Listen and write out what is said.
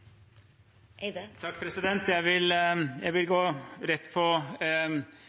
Jeg vil gå rett på